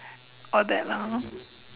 all that lah hor